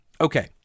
Okay